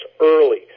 early